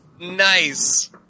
Nice